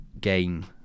game